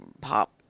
pop